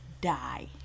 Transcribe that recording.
die